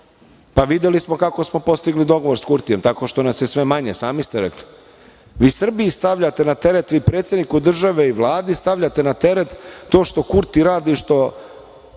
Pa, videli smo kako smo postigli dogovor s Kurtijem, tako što nas je sve manje, sami ste rekli. Vi Srbiji stavljate na teret, vi predsedniku države i Vladi stavljate na teret to što Kurti radi i što